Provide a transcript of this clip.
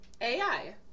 AI